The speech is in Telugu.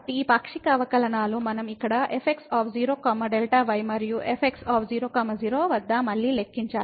ఈ పాక్షిక అవకలనాలను మనం ఇక్కడ fx0 Δy మరియు fx0 0 వద్ద మళ్ళీ లెక్కించాలి